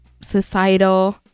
societal